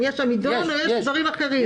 אם יש עמידון או יש דברים אחרים,